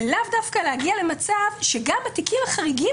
ולאו דווקא להגיע למצב שגם התיקים החריגים